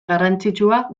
garrantzitsua